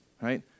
Right